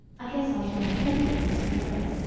i guess i shall have plenty at mrs. walker's,